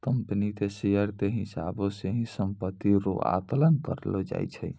company के share के हिसाबौ से ही सम्पत्ति रो आकलन करलो जाय छै